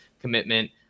commitment